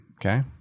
Okay